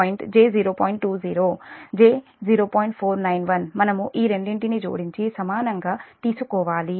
491 మనం ఈ రెండింటిని జోడించి సమానంగా తీసుకోవాలి